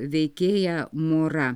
veikėja mora